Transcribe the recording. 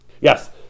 Yes